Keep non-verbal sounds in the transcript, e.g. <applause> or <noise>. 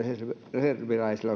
reserviläisillä <unintelligible>